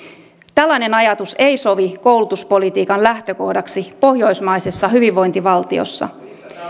tällainen ajatus ei sovi koulutuspolitiikan lähtökohdaksi pohjoismaisessa hyvinvointivaltiossa